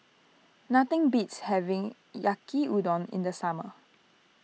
nothing beats having Yaki Udon in the summer